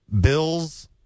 Bill's